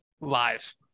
Live